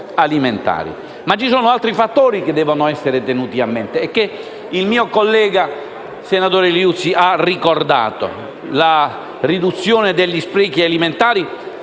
Ma ci sono altri fattori che devono essere tenuti a mente e che il mio collega senatore Liuzzi ha ricordato. La riduzione degli sprechi alimentari